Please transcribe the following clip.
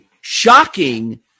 shocking